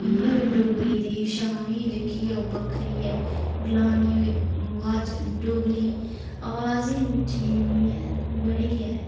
इ'यां गै डोगरी दी शान ऐ जेह्की ओह् बक्खरी ऐ गलाने बी अवाज डोगरी अवाज ही मिट्ठी इन्नी ऐ बड़ी गै